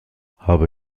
habe